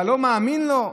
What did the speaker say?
אתה לא מאמין לו?